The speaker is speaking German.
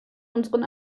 unseren